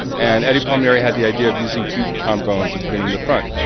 and eddie palmieri had the idea of using two trombones and putting in the front